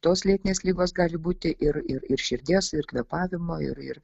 tos lėtinės ligos gali būti ir ir ir širdies ir kvėpavimo ir ir